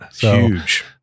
huge